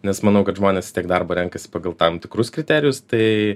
nes manau kad žmonės vis tiek darbą renkasi pagal tam tikrus kriterijus tai